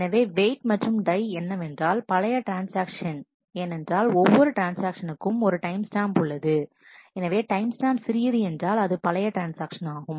எனவே வெயிட் மற்றும் டை என்னவென்றால் பழைய ட்ரான்ஸ்ஆக்ஷன் ஏனென்றால் ஒவ்வொரு ட்ரான்ஸ்ஆக்ஷனுக்கும் ஒரு டைம் ஸ்டாம்ப் உள்ளது எனவே டைம் ஸ்டாம்ப் சிறியது என்றால் அது பழைய ட்ரான்ஸ்ஆக்ஷன் ஆகும்